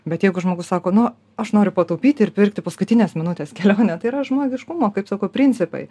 bet jeigu žmogus sako nu aš noriu pataupyti ir pirkti paskutinės minutės kelionę tai yra žmogiškumo kaip sako principai